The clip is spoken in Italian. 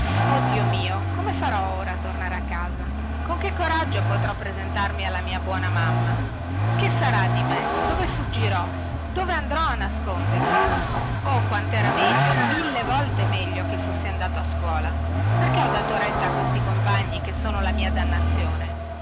dio mio come farò ora a tornare a casa con che coraggio potrò presentarmi alla mia buona mamma che sarà di me dove fuggirò dove andrò a nascondermi oh quantera meglio mille volte meglio che fossi andato a scuola perché ho dato retta a questi compagni che sono la mia dannazione